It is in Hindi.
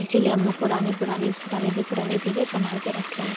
इसलिए हम लोग पुरानी पुरानी पुरानी से पुरानी चीजें संभाल कर रखें हैं